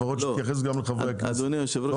לפחות שתתייחס גם לחברי הכנסת,